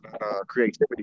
creativity